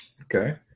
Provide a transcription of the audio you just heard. Okay